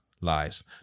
Lies